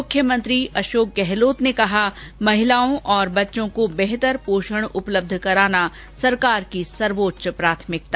मुख्यमंत्री अशोक गहलोत ने कहा महिलाओं और बच्चों को बेहतर पोषण उपलब्ध कराना सरकार की सर्वोच्च प्राथमिकता